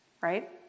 right